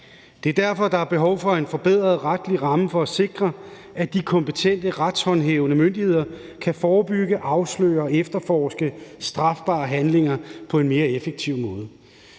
Der er derfor behov for en forbedret retlig ramme for at sikre, at de kompetente retshåndhævende myndigheder kan forebygge, afsløre og efterforske strafbare handlinger på en mere effektiv måde.«